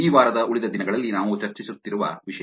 ಈ ವಾರದ ಉಳಿದ ದಿನಗಳಲ್ಲಿ ನಾವು ಚರ್ಚಿಸುತ್ತಿರುವ ವಿಷಯ